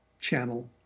Channel